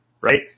right